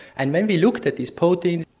and when we looked at these proteins,